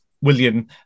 William